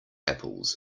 apples